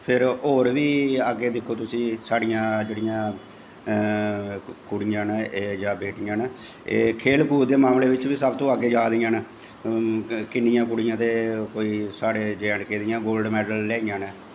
फिर होर बी अग्गैं दिक्खो तुसी साढ़ियां जेह्ड़ियां कुड़ियां न एह् जां बेटियां न एह् खेल कूद दे मामले बिच्च बी सब तूं अग्गैं जा दियां न किन्नियां कुड़ियां ते साढ़े जे ऐंड के दियां गोल्ड मैडल लेआइयां न